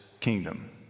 kingdom